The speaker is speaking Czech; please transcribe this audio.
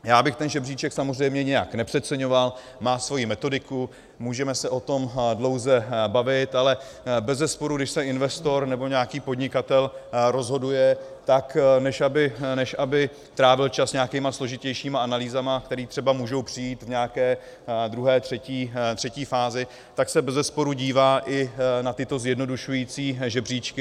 Já bych ten žebříček samozřejmě nijak nepřeceňoval, má svoji metodiku, můžeme se o tom dlouze bavit, ale bezesporu když se investor nebo nějaký podnikatel rozhoduje, tak než aby trávil čas nějakými složitějšími analýzami, které třeba můžou přijít v nějaké druhé, třetí fázi, tak se bezesporu dívá i na tyto zjednodušující žebříčky.